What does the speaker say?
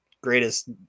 greatest